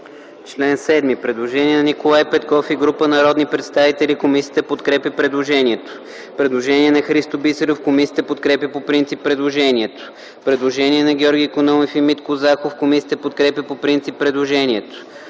14 има предложение на Николай Петков и група народни представители. Комисията подкрепя по принцип предложението. Предложение на Христо Бисеров. Комисията подкрепя по принцип предложението. Предложение на Спас Панчев. Комисията подкрепя по принцип предложението.